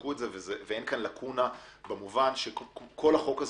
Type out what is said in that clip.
שבדקו את זה ואין כאן לקונה במובן שכל החוק הזה